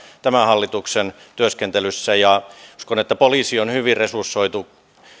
tämän hallituksen työskentelyssä ja uskon että poliisi on hyvin resursoitu